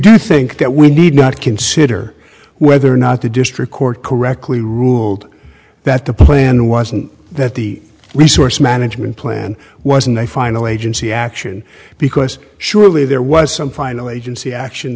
do think that we need not consider whether or not the district court correctly ruled that the plan wasn't that the resource management plan wasn't a final agency action because surely there was some final agency action